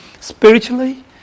spiritually